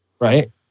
Right